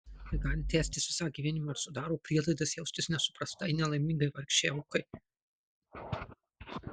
tai gali tęstis visą gyvenimą ir sudaro prielaidas jaustis nesuprastai nelaimingai vargšei aukai